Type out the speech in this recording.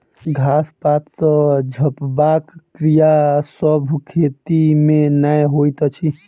घास पात सॅ झपबाक क्रिया सभ खेती मे नै होइत अछि